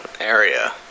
area